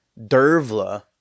Dervla